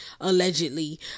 allegedly